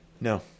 No